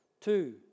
Two